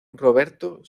roberto